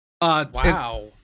Wow